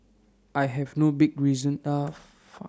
I have no big reason are far